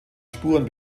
spuren